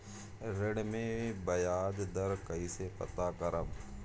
ऋण में बयाज दर कईसे पता करब?